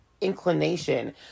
inclination